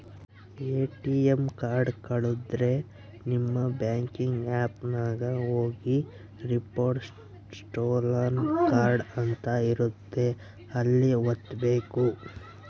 ATM card ಕಳುದ್ರೆ ನಿಮ್ banking app ನಾಗ ಹೋಗಿ ರಿಪೋರ್ಟ್ ಸ್ಟೋಲನ್ ಕಾರ್ಡ್ ಅಂತ ಇರುತ್ತ ಅಲ್ಲಿ ವತ್ತ್ಬೆಕು